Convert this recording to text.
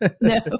No